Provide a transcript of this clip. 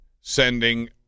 sending